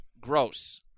gross